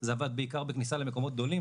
זה עבד בעיקר בכניסה למקומות גדולים,